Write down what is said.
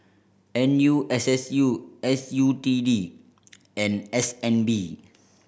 N U S S U S U T D and S N B